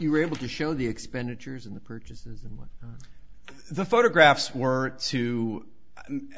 were able to show the expenditures and the purchases on the photographs were to